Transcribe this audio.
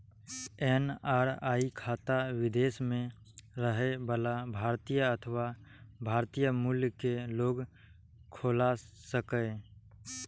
NRI खाता विदेश मे रहै बला भारतीय अथवा भारतीय मूल के लोग खोला सकैए